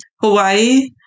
Hawaii